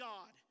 God